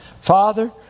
Father